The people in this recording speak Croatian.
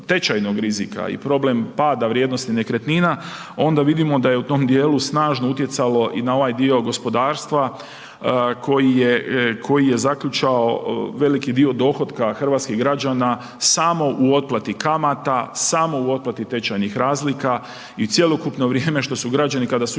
tečajnog rizika i problem pada vrijednosti nekretnina, onda vidimo da je u tom dijelu snažno utjecalo i na ovaj dio gospodarstva koji je, koji je zaključao veliki dio dohotka hrvatskih građana samo u otplati kamata, samo u otplati tečajnih razlika i cjelokupno vrijeme što su građani, kada su